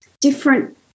different